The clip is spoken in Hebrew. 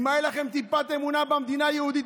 אם הייתה לכם טיפת אמונה במדינה היהודית